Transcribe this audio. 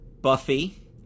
Buffy